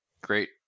great